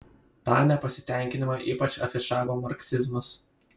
tą nepasitenkinimą ypač afišavo marksizmas